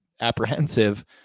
apprehensive